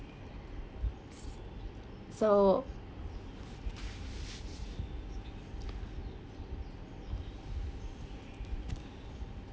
so